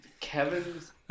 Kevin's